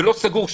ולא סגור,